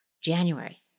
January